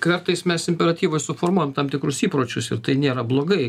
kartais mes imperatyvais suformuojam tam tikrus įpročius ir tai nėra blogai